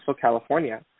California